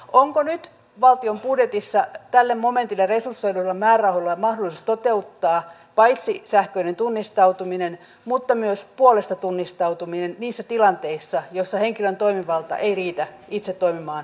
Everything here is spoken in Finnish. onko nyt valtion budjetissa tälle momentille resursoiduilla määrärahoilla mahdollisuus toteuttaa paitsi sähköinen tunnistautuminen myös puolesta tunnistautuminen niissä tilanteissa joissa henkilön toimivalta ei riitä itse toimimaan kyseisessä tehtävässä